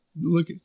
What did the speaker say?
look